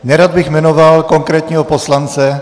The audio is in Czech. Nerad bych jmenoval konkrétního poslance.